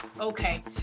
Okay